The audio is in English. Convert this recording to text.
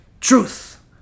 truth